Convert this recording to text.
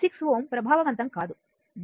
6 Ω ప్రభావవంతం కాదు దీని ద్వారా ఏమీ జరగదు